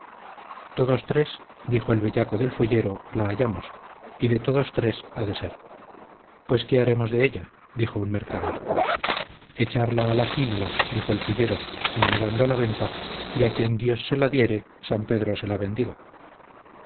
todos tres dijo el bellaco del fullero la hallamos y de todos tres ha de ser pues qué haremos de ella dijo un mercader echarla a una quínola dijo el fullero en llegando a la venta y a quien dios se la diere san pedro se la bendiga